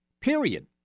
period